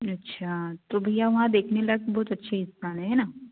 अच्छा तो भैया वहाँ देखने लायक बहुत अच्छी स्थान है न